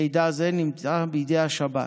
מידע זה נמצא בידי השב"כ.